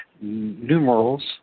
numerals